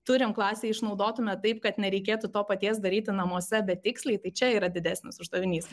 turime klasę išnaudotumėme taip kad nereikėtų to paties daryti namuose bet tiksliai tai čia yra didesnis uždavinys